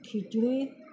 کھچڑی